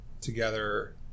together